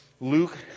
Luke